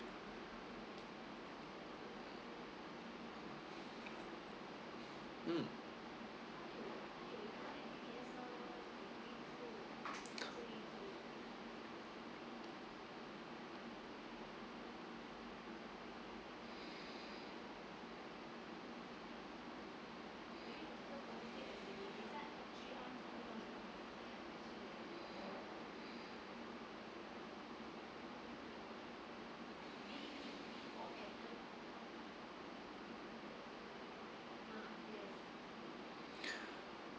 mm